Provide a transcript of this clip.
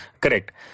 Correct